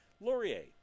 Laurier